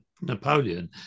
Napoleon